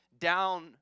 down